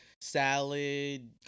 salad